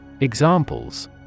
Examples